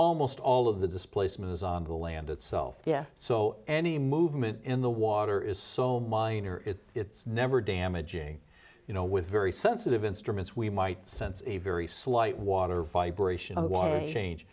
almost all of the displacement is on the land itself so any movement in the water is so minor if it's never damaging you know with very sensitive instruments we might sense a very slight water vibration a change